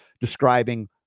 describing